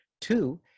Two